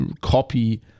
copy